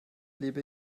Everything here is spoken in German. lebe